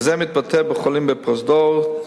וזה מתבטא בחולים בפרוזדור,